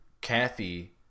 Kathy